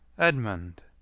edmund,